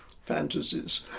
fantasies